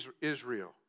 Israel